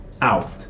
out